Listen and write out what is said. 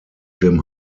jim